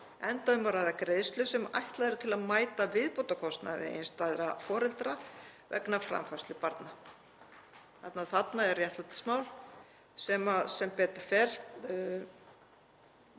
enda um að ræða greiðslur sem ætlaður eru til að mæta viðbótarkostnaði einstæðra foreldra vegna framfærslu barna. Þarna er réttlætismál sem, sem betur fer,